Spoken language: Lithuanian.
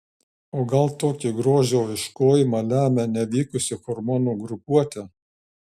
o gal tokį grožio ieškojimą lemia nevykusi hormonų grupuotė